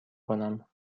کنم